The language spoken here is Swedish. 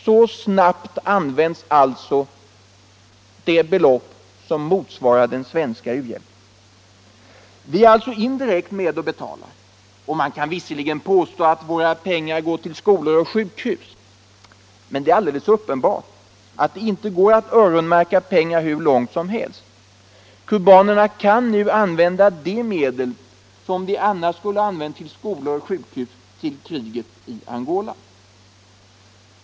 Så snabbt används alltså ett belopp som motsvarar den svenska u-hjälpen. Vi är alltså indirekt med och betalar. Man kan visserligen påstå att våra pengar går till skolor och sjukhus, men det är alldeles uppenbart att det inte är möjligt att öronmärka pengar hur långt som helst. Kubanerna kan nu använda de medel som de annars skulle ha använt till skolor och sjukhus till kriget i Angola.